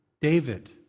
David